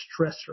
stressor